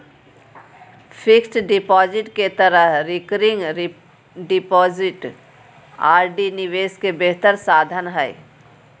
fixed deposit के तरह recurring deposit RD निवेश के बेहतर साधन हइ